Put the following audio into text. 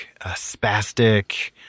spastic